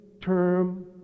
term